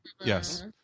Yes